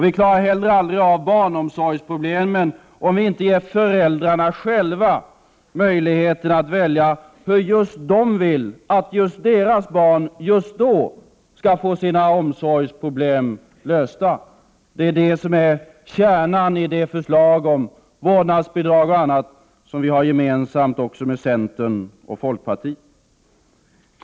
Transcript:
Vi klarar aldrig av barnomsorgens problem om vi inte ger föräldrarna själva möjligheter att välja hur just de vill att just deras barn just då skall få sina omsorgsproblem lösta. Detta är kärnan i de förslag om vårdnadsbidrag och annat som vi har gemensamt med centern och folkpartiet.